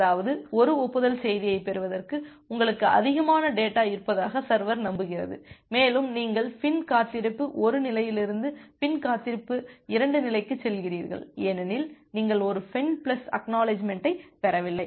அதாவது ஒரு ஒப்புதல் செய்தியைப் பெறுவதற்கு உங்களுக்கு அதிகமான டேட்டா இருப்பதாக சர்வர் நம்புகிறது மேலும் நீங்கள் FIN காத்திருப்பு 1 நிலையிலிருந்து FIN காத்திருப்பு 2 நிலைக்குச் செல்கிறீர்கள் ஏனெனில் நீங்கள் ஒரு FIN பிளஸ் ACK ஐப் பெறவில்லை